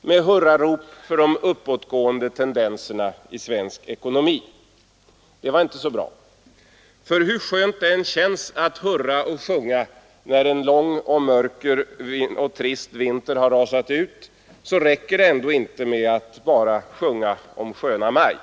med hurrarop för de uppåtgående tendenserna i svensk ekonomi. Det var inte så bra. Hur skönt det än känns att hurra och sjunga när en lång, mörk och trist vinter rasat ut, så räcker det ändå inte med att sjunga om sköna maj.